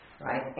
right